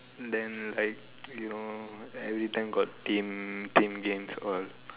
then like you know every time got team team games all